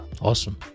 awesome